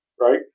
right